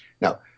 Now